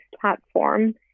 platform